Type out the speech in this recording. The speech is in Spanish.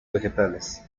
vegetales